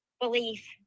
belief